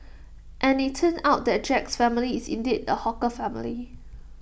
and IT turned out that Jack's family is indeed A hawker family